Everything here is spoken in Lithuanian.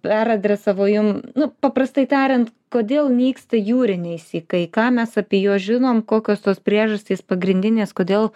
peradresavo jum nu paprastai tariant kodėl nyksta jūriniai sykai ką mes apie juos žinom kokios tos priežastys pagrindinės kodėl